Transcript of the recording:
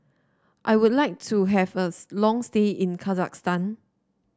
I would like to have a long stay in Kazakhstan